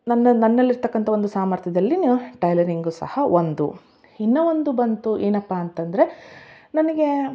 ನನ್ನ ನನ್ನಲ್ಲಿರ್ತಕ್ಕಂಥ ಒಂದು ಸಾಮರ್ಥ್ಯದಲ್ಲಿ ನಾ ಟೈಲರಿಂಗು ಸಹ ಒಂದು ಇನ್ನ ಒಂದು ಬಂತು ಏನಪ್ಪಾ ಅಂತಂದರೆ ನನಗೆ